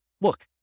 look